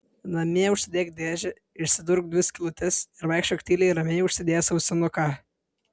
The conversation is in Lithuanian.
namie užsidėk dėžę išsidurk dvi skylutes ir vaikščiok tyliai ramiai užsidėjęs ausinuką